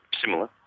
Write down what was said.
similar